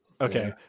Okay